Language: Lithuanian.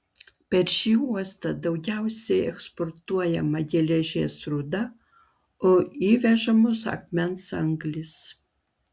per šį uostą daugiausiai eksportuojama geležies rūda o įvežamos akmens anglys